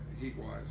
heat-wise